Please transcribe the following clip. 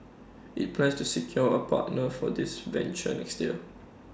IT plans to secure A partner for this venture next year